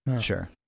Sure